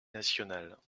nationales